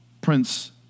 Prince